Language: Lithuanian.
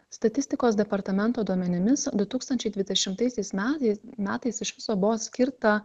statistikos departamento duomenimis du tūkstančiai dvidešimtaisiais metai metais iš viso buvo skirta